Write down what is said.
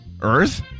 Earth